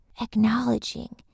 acknowledging